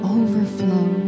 overflow